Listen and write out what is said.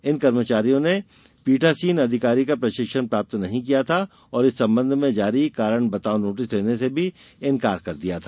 इन कर्मचारियों ने पीठासीन अधिकारी का प्रशिक्षण प्राप्त नहीं किया था और इस संबंध में जारी कारण बताओं नोटिस लेने से भी इंकार कर दिया था